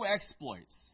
exploits